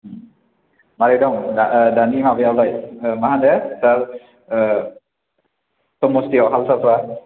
मारै दं दानि माबायालाय मा होनो समस्थियाव हाल सालफ्रा